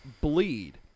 bleed